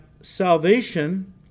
salvation